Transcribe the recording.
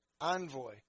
envoy